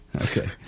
okay